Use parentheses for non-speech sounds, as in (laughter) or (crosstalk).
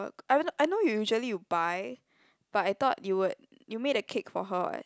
(noise) I know you usually wil buy but I thought you would you made a cake for her [what]